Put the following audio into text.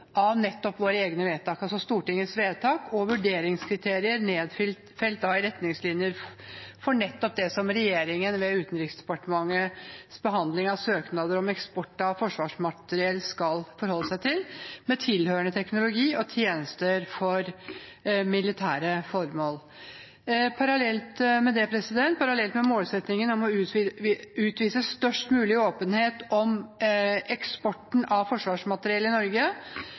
av våre egne vedtak – altså Stortingets vedtak – og vurderingskriterier nedfelt i retningslinjene for det som er regjeringens, ved Utenriksdepartementet, behandling av søknader om eksport av forsvarsmateriell, tilhørende teknologi og tjenester for militære formål, skal forholde seg til. Parallelt med målsettingen om å utvise størst mulig åpenhet om eksporten av forsvarsmateriell fra Norge,